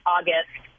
August